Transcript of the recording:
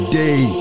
day